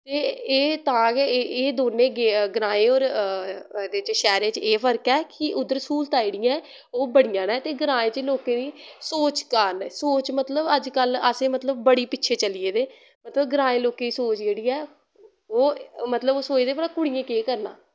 ते एह् तां गै एह् दोनें ग्राएं और एह्दे च शैह्रे च एह् फर्क ऐ कि उध्दर स्हूलतां जेह्ड़ियां ऐ ओह् बड़ियां नै ते ग्राएं च लोकें दी सोच कारण सोच मतलव अज कल्ल असें मतलव बड़ी पिच्छे चली गेदे मतलव ग्राएं लोकें दी सोच जेह्ड़ी ऐ ओह् मतलव ओह् सोचदे भला कुड़ियैं केह् करना